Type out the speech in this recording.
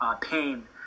pain